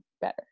better